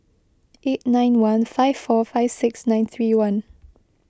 eight nine one five four five six nine three one